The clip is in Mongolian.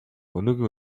өнөөгийн